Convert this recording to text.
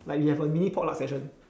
like we have a mini potluck session